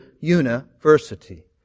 university